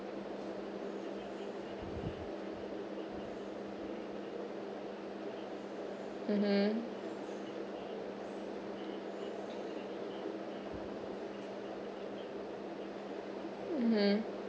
mmhmm mmhmm